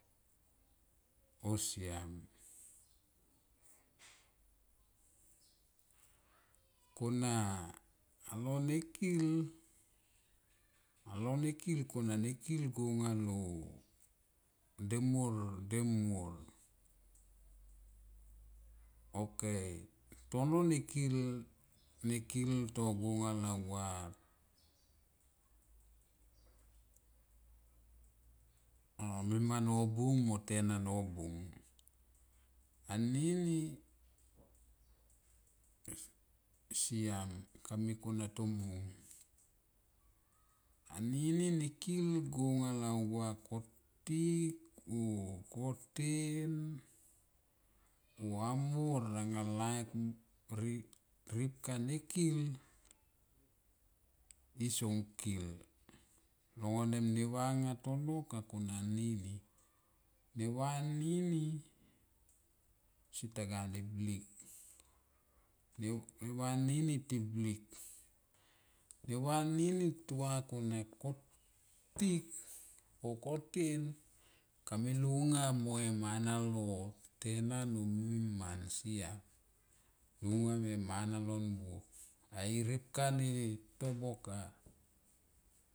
O siam kona alo ne kil, alo ne kill, kona ne kigo demuor demuor ok tono ne kil, ne kil to go unia lalgua a mima nobun oh tena nobung anini siam kami, kona tomung, anini ne kil gua lal gua kotik o koten oh amor anga laik ripka ne kil lo vanem ne va nga tono ka kona anini, ne va anini setaa ne bik neva nini to blik ne va nini tu va kona kotiko koten kame lunga me mana lo tenan o mima sram lunga mo e mana buop a i ripka ne to boka.